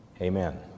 Amen